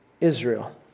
Israel